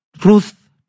Truth